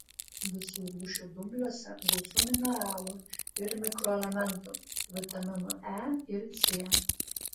visų rūšių dumbliuose gausu mineralų ir mikroelementų vitaminų e ir c